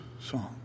song